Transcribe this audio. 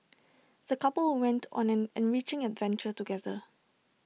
the couple went on an enriching adventure together